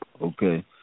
Okay